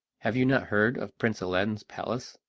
have you not heard of prince aladdin's palace,